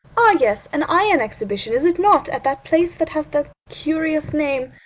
ah, yes, an iron exhibition, is it not, at that place that has the curious name?